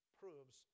proves